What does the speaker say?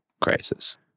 crisis